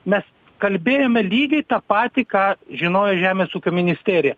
mes kalbėjome lygiai tą patį ką žinojo žemės ūkio ministerija